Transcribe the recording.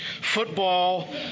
Football